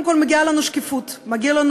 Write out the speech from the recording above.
מי שרוצה לדבר, אפשר לצאת מהאולם